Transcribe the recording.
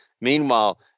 Meanwhile